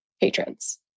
patrons